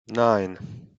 nine